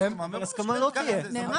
אוקיי.